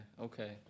okay